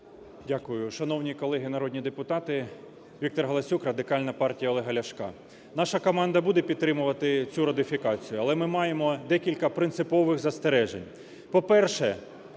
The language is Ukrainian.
Дякую. Шановні колеги народні депутати, ВікторГаласюк, Радикальна партія Олега Ляшка. Наша команда буде підтримувати цю ратифікацію, але ми маємо декілька принципових застережень.